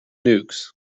nukes